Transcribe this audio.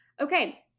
Okay